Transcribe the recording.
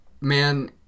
man